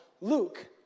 Luke